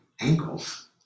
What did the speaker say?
ankles